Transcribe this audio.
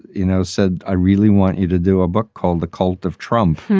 you know, said i really want you to do a book called the cult of trump.